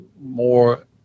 more